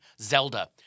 Zelda